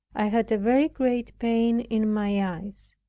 i had a very great pain in my eyes